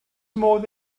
modd